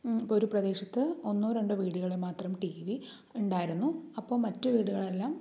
ഇപ്പോൾ ഒരു പ്രദേശത്ത് ഒന്നോ രണ്ടോ വീടുകളിൽ മാത്രം ടി വി ഉണ്ടായിരുന്നു അപ്പോൾ മറ്റ് വീടുകളെല്ലാം